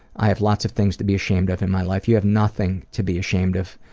i have lots of things to be ashamed of in my life. you have nothing to be ashamed of.